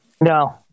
No